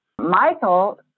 Michael